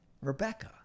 Rebecca